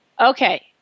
Okay